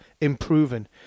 improving